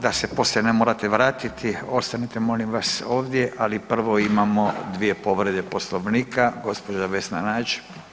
Da se poslije ne morate vratiti, ostanite molim vas ovdje, ali prvo imamo dvije povrede Poslovnika. gđa. Vesna Nađ.